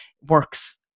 works